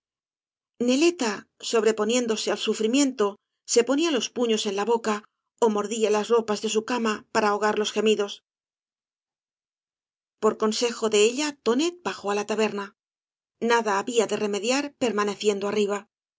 neieta sobreponiéndose al sufrimiento se po nía los puños en la boca ó mordía las ropas de su cama para ahogar los gemidos por consejo de ella tonet bajó á la taberna nada había de remediar permaneciendo arriba